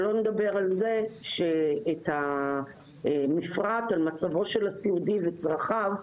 שלא נדבר על זה שאת המפרט על מצבו של הסיעודי וצרכיו,